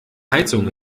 heizung